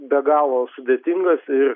be galo sudėtingas ir